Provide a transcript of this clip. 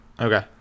Okay